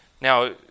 Now